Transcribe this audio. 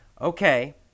Okay